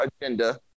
agenda